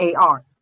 AR